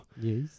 Yes